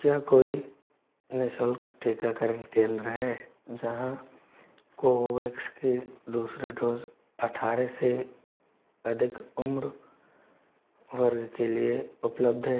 क्या कोई निशुल्क टीकाकरण केंद्र है जहाँ कोवोवैक्स की दूसरी डोज़ अट्ठारह से अधिक उम्र वर्ग के लिए उपलब्ध है